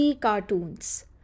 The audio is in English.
cartoons